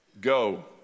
Go